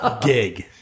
Gig